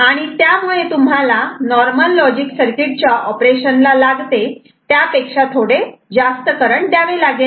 आणि त्यामुळे तुम्हाला नॉर्मल लॉजिक सर्किट च्या ऑपरेशन ला लागते त्यापेक्षा थोडे जास्त करंट द्यावे लागेल